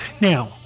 now